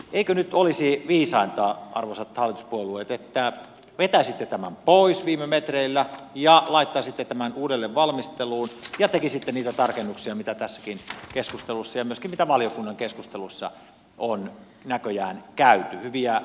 eikö nyt olisi viisainta arvoisat hallituspuolueet että vetäisitte tämän pois viime metreillä ja laittaisitte tämän uudelleen valmisteluun ja tekisitte niitä tarkennuksia mitä tässäkin keskustelussa ja myöskin valiokunnan keskusteluissa on näköjään käyty hyviä näkökulmia tuotu esille